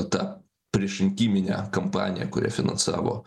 tą priešrinkiminę kampaniją kurią finansavo